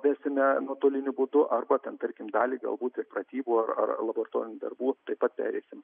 vesime nuotoliniu būdu arba ten tarkim dalį galbūt ir pratybų ar ar laboratorinių darbų taip pat pereisim